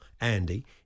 Andy